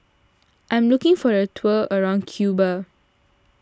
I am looking for a tour around Cuba